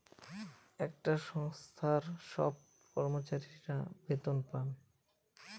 একটা সংস্থার সব কর্মচারীরা বেতন পাবে